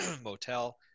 Motel